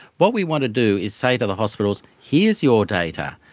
what we want to do is say to the hospitals here's your data,